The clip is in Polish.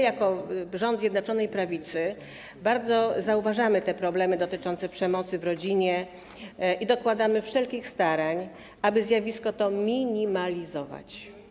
Jako rząd Zjednoczonej Prawicy zauważamy problemy dotyczące przemocy w rodzinie i dokładamy wszelkich starań, aby zjawisko to minimalizować.